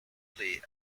play